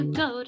go